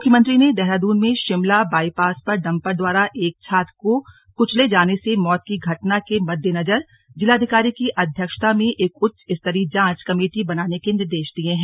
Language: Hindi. मुख्यमंत्री ने देहरादून में शिमला बाईपास पर डम्पर द्वारा एक छात्रा को कुचले जाने से मौत की घटना के मद्देनजर जिलाधिकारी की अध्यक्षता में एक उच्च स्तरीय जांच कमेटी बनाने के निर्देश दिये हैं